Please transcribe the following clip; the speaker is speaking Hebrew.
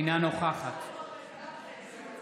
אינה נוכחת עאידה תומא